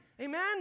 Amen